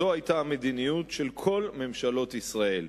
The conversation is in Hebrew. זו היתה המדיניות של כל ממשלות ישראל.